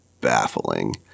baffling